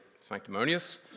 sanctimonious